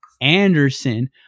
Anderson